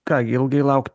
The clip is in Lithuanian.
ką gi ilgai laukt